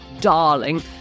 darling